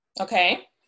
Okay